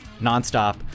nonstop